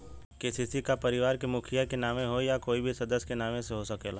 KCC का परिवार के मुखिया के नावे होई या कोई भी सदस्य के नाव से हो सकेला?